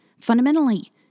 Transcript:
Fundamentally